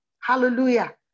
hallelujah